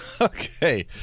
Okay